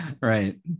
Right